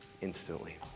instantly